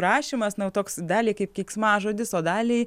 rašymas na toks dalį kaip keiksmažodis o daliai